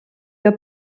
que